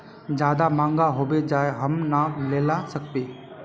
ज्यादा महंगा होबे जाए हम ना लेला सकेबे?